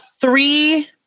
three